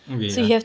okay ya